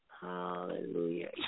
hallelujah